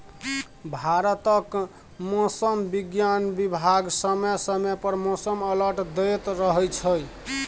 भारतक मौसम बिज्ञान बिभाग समय समय पर मौसम अलर्ट दैत रहै छै